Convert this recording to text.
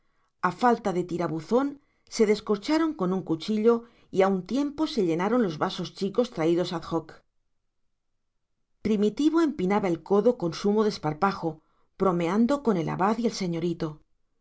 a falta de tirabuzón se descorcharon con un cuchillo y a un tiempo se llenaron los vasos chicos traídos ad hoc primitivo empinaba el codo con sumo desparpajo bromeando con el abad y el señorito